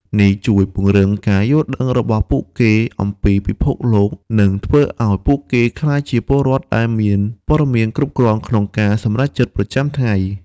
នេះជួយពង្រីកការយល់ដឹងរបស់ពួកគេអំពីពិភពលោក និងធ្វើឲ្យពួកគេក្លាយជាពលរដ្ឋដែលមានព័ត៌មានគ្រប់គ្រាន់ក្នុងការសម្រេចចិត្តប្រចាំថ្ងៃ។